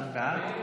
בעד,